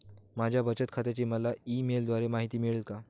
माझ्या बचत खात्याची मला ई मेलद्वारे माहिती मिळेल का?